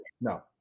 No